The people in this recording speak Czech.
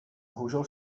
bohužel